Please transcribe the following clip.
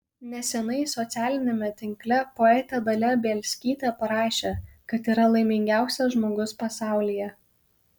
neseniai socialiniame tinkle poetė dalia bielskytė parašė kad yra laimingiausias žmogus pasaulyje